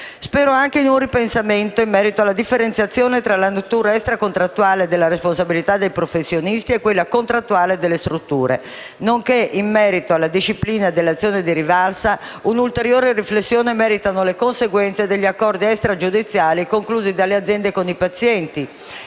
Spero anche in un ripensamento in merito alla differenziazione tra la lettura extracontrattuale della responsabilità dei professionisti e quella contrattuale delle strutture, nonché, in merito alla disciplina dell'azione di rivalsa, meritano un'ulteriore riflessione le conseguenze degli accordi extragiudiziali conclusi dalle aziende con i pazienti